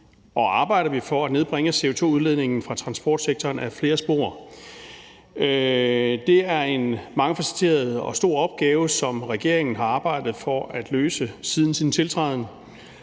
arbejder vi for at nedbringe CO2-udledningen fra transportsektoren ad flere spor. Det er en mangefacetteret og stor opgave, som regeringen har arbejdet for at løse siden sin tiltræden.